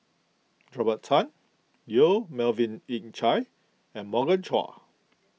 Robert Tan Yong Melvin Yik Chye and Morgan Chua